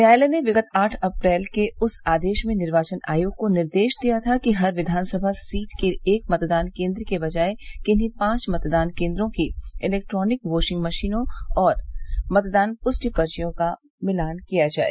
न्यायालय ने विगत आठ अप्रैल के उस आदेश में निर्वाचन आयोग को निर्देश दिया गया था कि हर विघानसभा सीट के एक मतदान केंद्र के बजाए किन्हीं पांच मतदान केंद्रों की इलेक्ट्रॉनिक योटिंग मशीनों और मतदान पुष्टि पर्चियों का मिलान किया जाए